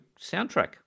soundtrack